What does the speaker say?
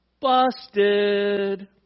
Busted